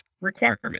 requirement